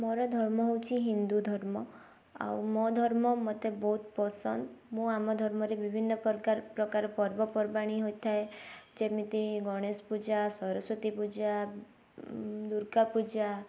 ମୋର ଧର୍ମ ହଉଛି ହିନ୍ଦୁ ଧର୍ମ ଆଉ ମୋ ଧର୍ମ ମତେ ବହୁତ ପସନ୍ଦ ଆଉ ମୁଁ ଆମ ଧର୍ମରେ ବିଭିନ୍ନ ପରକାର ପ୍ରକାର ପର୍ବପର୍ବାଣୀ ହୋଇଥାଏ ଯେମିତି ଗଣେଶ ପୂଜା ସରସ୍ୱତୀ ପୂଜା ଦୁର୍ଗା ପୂଜା